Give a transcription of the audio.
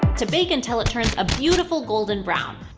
to bake until it turns a beautiful golden brown.